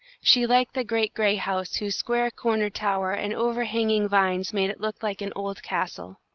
she liked the great gray house whose square corner tower and over-hanging vines made it look like an old castle.